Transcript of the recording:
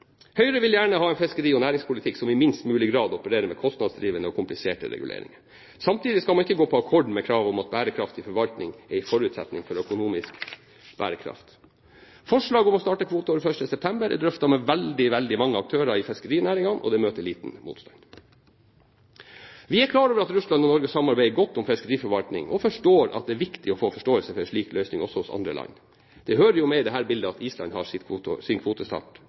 Høyre vil gjerne ha en fiskeri- og næringspolitikk som i minst mulig grad opererer med kostnadsdrivende og kompliserte reguleringer. Samtidig skal man ikke gå på akkord med kravet om at bærekraftig forvaltning er en forutsetning for økonomisk bærekraft. Forslaget om å starte kvoteåret den 1. september er drøftet med veldig mange aktører i fiskerinæringen, og det møter liten motstand. Vi er klar over at Russland og Norge samarbeider godt om fiskeriforvaltning, og vi forstår at det er viktig å få forståelse for en slik løsning, også hos andre land. Det hører jo med i dette bildet at Island har sin kvotestart